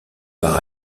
par